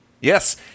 Yes